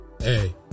hey